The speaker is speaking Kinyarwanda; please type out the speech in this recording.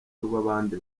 rw’abandi